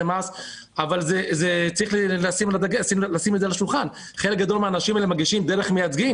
מס אבל חלק גדול מהאנשים האלה מגישים דרך מייצגים.